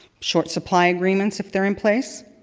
short supply agreements if they're in place,